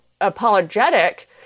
apologetic